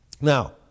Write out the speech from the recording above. Now